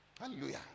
hallelujah